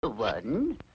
One